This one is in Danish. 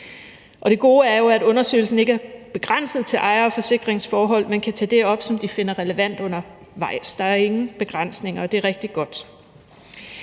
Det gode er jo, at undersøgelsen ikke er begrænset til ejer- og forsikringsforhold, men at man kan tage det op, som man finder relevant undervejs. Der er ingen begrænsninger, og det er rigtig godt.